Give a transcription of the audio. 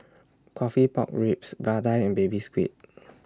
Coffee Pork Ribs Vadai and Baby Squid